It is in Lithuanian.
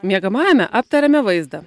miegamajame aptariame vaizdą